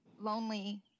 lonely